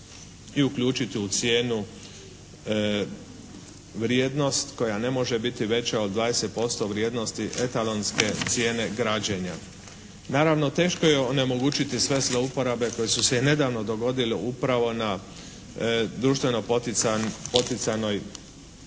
i uključiti u cijenu vrijednost koja ne može biti veća od 20% vrijednosti etalonske cijene građenja. Naravno teško je onemogućiti sve zlouporabe koje su se nedavno dogodile upravo na društveno poticajnoj